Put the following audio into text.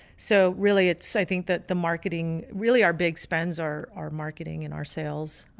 so really, it's i think that the marketing really our big spends our our marketing and our sales,